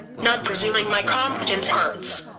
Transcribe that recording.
not presuming my competence hurts.